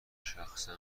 شخصا